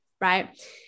right